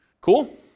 Cool